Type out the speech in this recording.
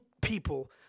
people